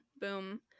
boom